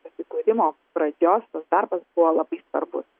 susikūrimo pradžios tas darbas buvo labai svarbus